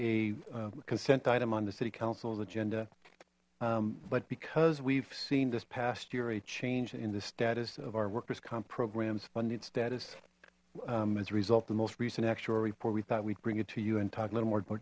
a consent item on the city council's agenda but because we've seen this past year a change in the status of our workers comp programs funded status as a result the most recent actual report we thought we'd bring it to you and talk a little more